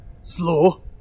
Slow